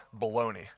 baloney